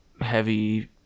heavy